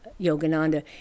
yogananda